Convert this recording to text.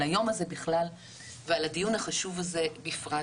היום הזה בכלל ועל הדיון החשוב הזה בפרט,